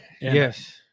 Yes